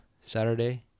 Saturday